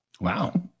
Wow